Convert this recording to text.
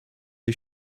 die